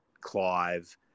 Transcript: Clive